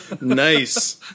nice